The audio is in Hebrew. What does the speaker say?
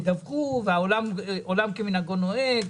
ידווחו ועולם כמנהגו נוהג.